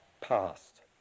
past